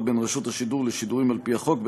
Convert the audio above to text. בין רשות השידור לשידורים על-פי החוק,